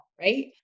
right